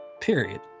Period